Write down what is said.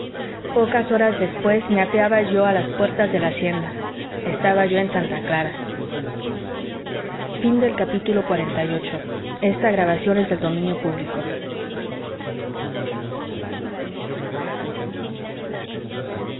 pocas horas después me apeaba yo a las puertas de la hacienda estaba yo en santa clara xlix